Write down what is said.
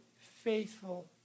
faithful